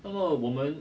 我们